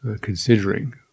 considering